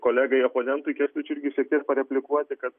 kolegai oponentui kęstučiui irgi šiek tiek pareplikuoti kad